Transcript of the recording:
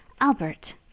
Albert—